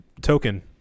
token